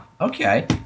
okay